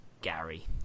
Gary